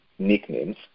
Nicknames